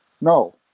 No